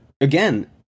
again